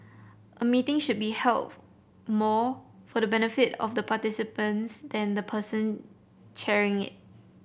a meeting should be held more for the benefit of the participants than the person chairing it